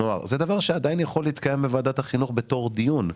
זה דבר שעדיין יכול להתקיים בוועדת החינוך כדיון.